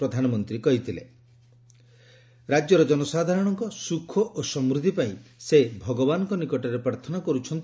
ପ୍ରଧାନମନ୍ତ୍ରୀ କହିଛନ୍ତି ରାକ୍ୟର ଜନସାଧାରଣଙ୍କ ସୁଖ ଓ ସମୃଦ୍ଧି ପାଇଁ ସେ ଭଗବାନଙ୍କ ନିକଟରେ ପ୍ରାର୍ଥନା କରୁଛନ୍ତି